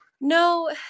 No